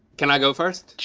can i go first?